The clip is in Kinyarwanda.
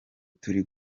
turi